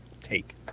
take